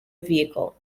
vehicle